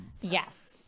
Yes